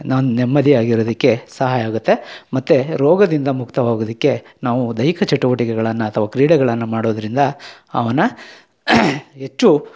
ನಾವು ನೆಮ್ಮದಿಯಾಗಿರೋದಕ್ಕೆ ಸಹಾಯ ಆಗುತ್ತೆ ಮತ್ತು ರೋಗದಿಂದ ಮುಕ್ತವಾಗೋದಕ್ಕೆ ನಾವು ದೈಹಿಕ ಚಟುವಟಿಕೆಗಳನ್ನು ಅಥವ ಕ್ರೀಡೆಗಳನ್ನು ಮಾಡೋದ್ರಿಂದ ಅವುನ್ನ ಹೆಚ್ಚು